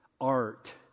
art